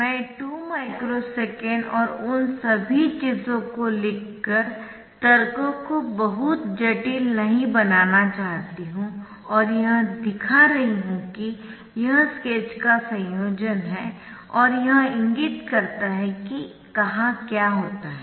मैं 2 microsecond और उन सभी चीजों को लिखकर तर्कों को बहुत जटिल नहीं बनाना चाहती हूँ और यह दिखा रही हूँ कि यह स्केच का संयोजन है और यह इंगित करता है कि कहां क्या होता है